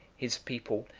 his people,